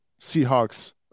seahawks